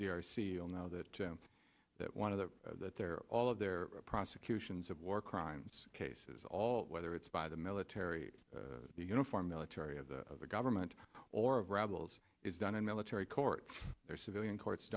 seal now that that one of the that there are all of their prosecutions of war crimes cases all whether it's by the military uniform military of the government or of rebels is done in military courts their civilian courts